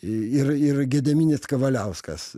ir ir gediminas kavaliauskas